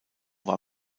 war